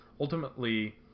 Ultimately